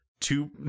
Two